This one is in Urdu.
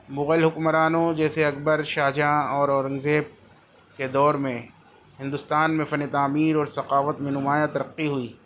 مغل حکمرانوں جیسے اکبر شاہ جہاں اور اورنگزیب کے دور میں ہندوستان میں فن تعمیر اور ثقافت میں نمایاں ترقی ہوئی